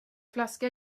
flaska